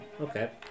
okay